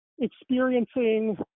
experiencing